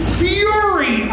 fury